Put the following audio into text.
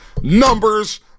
numbers